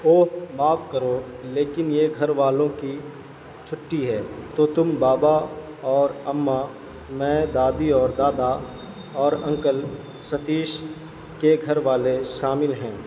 اوہ معاف کرو لیکن یہ گھر والوں کی چھٹی ہے تو تم بابا اور اماں میں دادی اور دادا اور انکل ستیش کے گھر والے شامل ہیں